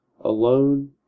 alone